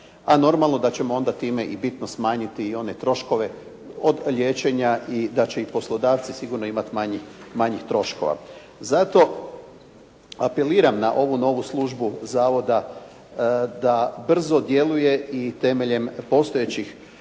a normalno da ćemo time i bitno smanjiti one troškove od liječenja i da će ih poslodavci sigurno imati manjih troškova. Zato apeliram na ovu novu službu zavoda da brzo djeluje i temeljem postojećih